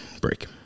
Break